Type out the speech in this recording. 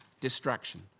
distraction